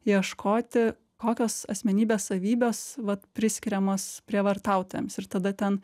ieškoti kokios asmenybės savybės vat priskiriamos prievartautojams ir tada ten